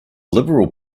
liberal